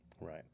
Right